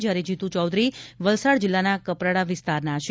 જયારે જીતુ ચોધરી વલસાડ જિલ્લાના કપરાડા વિસ્તારના છે